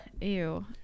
Ew